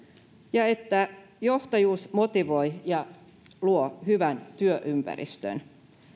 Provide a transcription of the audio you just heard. ja että johtajuus motivoi ja luo hyvän työympäristön